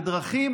בדרכים